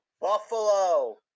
Buffalo